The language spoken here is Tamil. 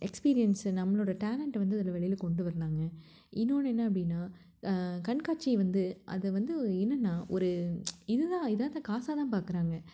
எக்ஸ்பீரியன்ஸு நம்மளோடய டேலண்டை வந்து அதில் வெளியில் கொண்டு வரலாங்க இன்னொன்று என்ன அப்படின்னா கண்காட்சியை வந்து அதை வந்து என்னன்னால் ஒரு இது தான் இதை அந்த காசாக தான் பார்க்குறாங்க